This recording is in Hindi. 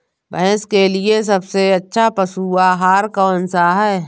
भैंस के लिए सबसे अच्छा पशु आहार कौन सा है?